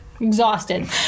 Exhausted